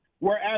Whereas